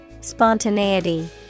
Spontaneity